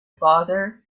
father